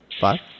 Five